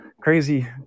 crazy